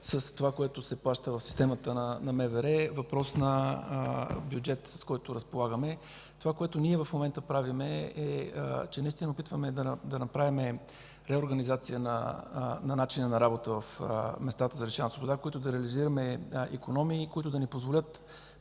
с това, което се плаща в системата на МВР. Въпрос на бюджета, с който разполагаме. Това, което ние в момента правим, е, че опитваме да направим реорганизация на начина на работа в местата за лишаване от свобода, чрез която да реализираме икономии и които да ни позволят